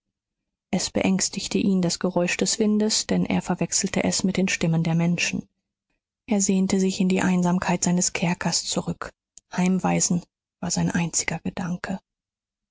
es beängstigte ihn das geräusch des windes denn er verwechselte es mit den stimmen der menschen er sehnte sich in die einsamkeit seines kerkers zurück heimweisen war sein einziger gedanke